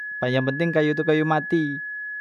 Pay yang penting kayu tu kayu mati.